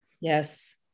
Yes